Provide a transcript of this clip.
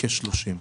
כ-30.